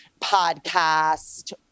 podcast